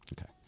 Okay